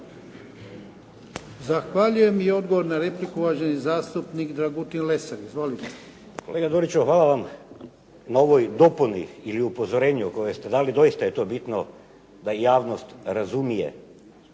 Zahvaljujem. I odgovor na repliku, uvaženi zastupnik Dragutin Lesar. Izvolite. **Lesar, Dragutin (Nezavisni)** Kolega Doriću hvala vam na ovoj dopuni ili upozorenju koje ste dali, doista je to bitno da javnost razumije